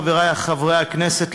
חברי חברי הכנסת,